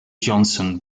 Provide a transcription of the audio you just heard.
johnson